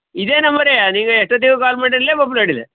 ಇದೆ ನಂಬರೇ ನೀಂಗ ಎಷ್ಟೊತ್ತಿಗೂ ಕಾಲ್ ಮಾಡ್ರಿ ಬಪ್ಲು ಅಡ್ಡಿಲ್ಲ